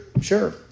Sure